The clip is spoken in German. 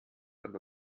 aber